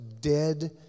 dead